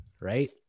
Right